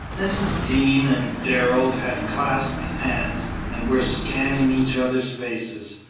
mrs. dean and darrell had clasped hands and were scanning each other's faces.